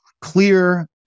clear